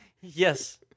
Yes